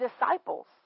disciples